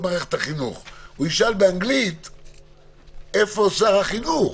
מערכת החינוך הוא ישאל איפה שר החינוך.